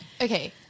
okay